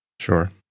Sure